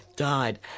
Died